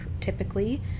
typically